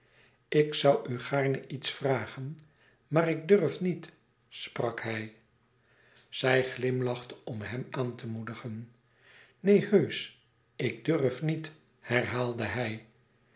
ik zoû u gaarne iets vragen maar ik durf niet sprak hij zij glimlachte om hem aan te moedigen neen heusch ik durf niet herhaalde hij